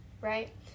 right